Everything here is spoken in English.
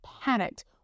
panicked